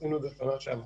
עשינו את זה בשנה שעברה.